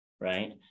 right